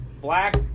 Black